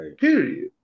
period